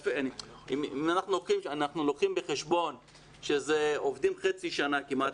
אם אנחנו לוקחים בחשבון שעובדים חצי שנה כמעט,